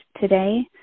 today